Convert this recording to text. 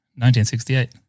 1968